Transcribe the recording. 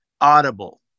audible